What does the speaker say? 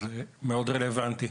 זה מאוד רלוונטי.